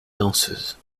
danseuse